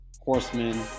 Horsemen